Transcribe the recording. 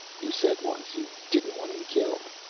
you said once you didn't want him killed.